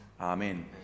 Amen